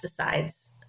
pesticides